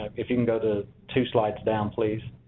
if you can go to two slides down please.